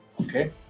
okay